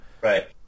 right